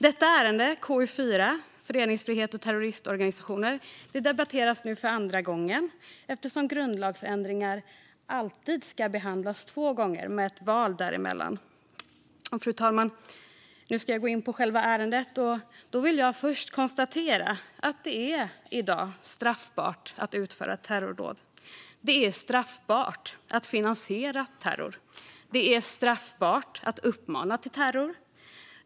Detta ärende, KU4, om föreningsfrihet och terroristorganisationer debatteras nu för andra gången, eftersom grundlagsändringar alltid ska behandlas två gånger med ett val däremellan. Fru talman! Nu ska jag gå in på själva ärendet. Då vill jag först konstatera att det i dag är straffbart att utföra terrordåd. Det är straffbart att finansiera terror. Det är straffbart att uppmana till terror.